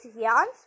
yarns